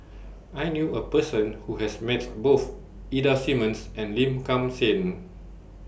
I knew A Person Who has Met Both Ida Simmons and Lim Kim San